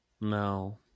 No